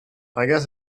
guess